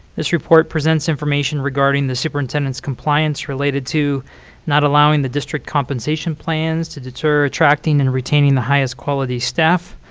this report presents information regarding the superintendent's compliance related to not allowing the district compensation plans to deter attracting and retaining the highest quality staff,